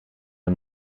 een